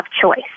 choice